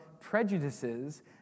prejudices